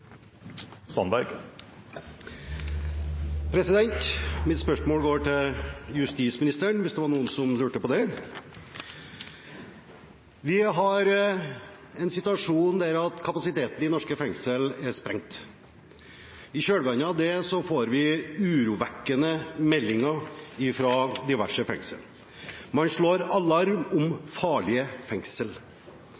Mitt spørsmål går til justisministeren – hvis det var noen som lurte på det! Vi har en situasjon der kapasiteten i norske fengsler er sprengt. I kjølvannet av det får vi urovekkende meldinger fra diverse fengsler. Man slår alarm om